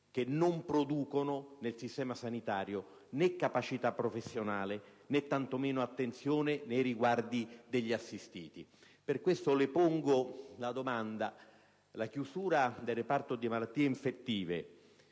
che non producono nel sistema sanitario né capacità professionale né tanto meno attenzione nei riguardi degli assistiti. Per questo le pongo la seguente domanda: non ritiene che la chiusura del reparto di malattie infettive